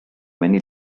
many